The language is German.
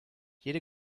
jede